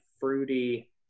fruity